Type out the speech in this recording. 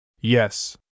Yes